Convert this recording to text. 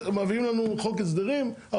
מביאים לנו חוק הסדרים,